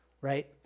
right